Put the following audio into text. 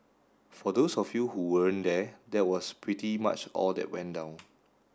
for those of you who weren't there that was pretty much all that went down